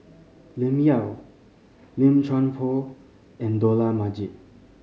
Lim Yau Lim Chuan Poh and Dollah Majid